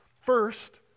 first